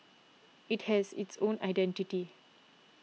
it has its own identity